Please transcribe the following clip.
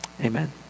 Amen